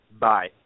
bye